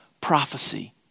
prophecy